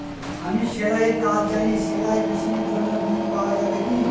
আমি সেলাই এর কাজ জানি সেলাই মেশিনের জন্য ঋণ পাওয়া যাবে কি?